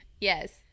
Yes